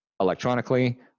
electronically